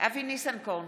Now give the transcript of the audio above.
אבי ניסנקורן,